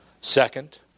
Second